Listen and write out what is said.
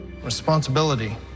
Responsibility